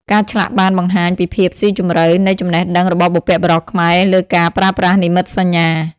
ការឆ្លាក់បានបង្ហាញពីភាពស៊ីជម្រៅនៃចំណេះដឹងរបស់បុព្វបុរសខ្មែរលើការប្រើប្រាស់និមិត្តសញ្ញា។